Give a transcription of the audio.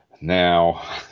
Now